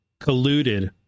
colluded